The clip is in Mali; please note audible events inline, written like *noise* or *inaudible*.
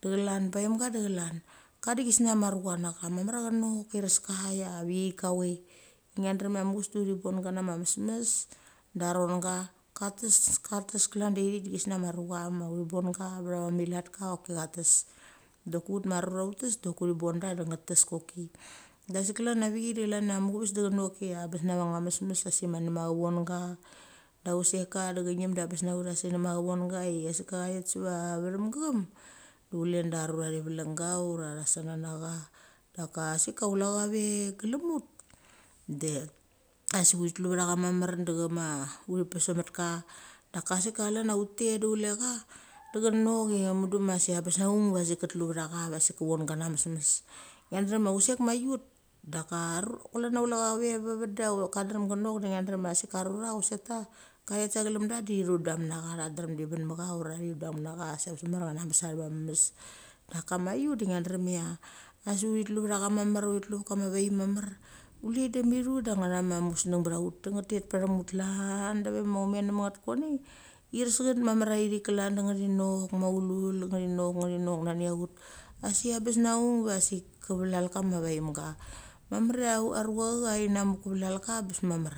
De chelan paimga de chelan. Ka de gisnia ma rucha na cha mamar a chenok ireska chia avecheik kachoei. Ngia drem a muchus de chebon nga na ma mesmes daronga. Kates, kates klan da iriki de gisnia ma rucha ma uthi bonga vethava milatka oki chates. Doki ut ma rura utes doki uthi bonga de nge tes koki. Da sik chlan avick da chlan a muchuves de chenok ia abes navanga mesmes vasi ma nema chevonga. Da chuseka de chengim da bes na ut a sima nema chevonga i asik. Chathet seva vetham gechem de chule da rura thivelenga ura thasana na cha. Daka sika chula cha ve glem ut de asi uthitlu cha mamar de chema uthi pes semetka. Da ka sika chlan a utet de chule cha de chenok ia muduma se abes aung va sik chetluvetha cha vasik che vonga na mesmes. Ngla drem ia chusek mai ut da ka chelan ia chule cha ve va vet da ka drem ge nok de ngi drem i arura chusekta kathet sa glem da thi thudam na cha tha drem di ben mucha ura thi *hesitation* na cha asi abes mamar i a chenames a the va mesmes. Da ka ma iut de ngia drem ia asi uthitlu ve tha cha mamar uthitlu ve ka vaim mamar chule de mithu de nge tha ma musneng be tha ut de nge tet pathem ut. Klan *unintelligible* de ve ma umet neme nget konei ires nget mamar a irik klan da ngi thinok ma ulul ngethinok nge thinok nani aut. Asi abes na ung vasik ke ve lal kama vaimga. Marmar ia arucha chathet namuk keve lal ka abes mamar.